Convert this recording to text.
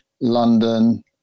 London